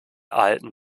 erhalten